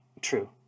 True